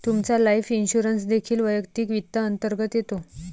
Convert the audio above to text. तुमचा life insurance देखील वैयक्तिक वित्त अंतर्गत येतो